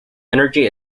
energy